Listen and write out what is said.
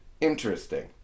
Interesting